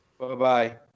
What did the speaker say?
Bye-bye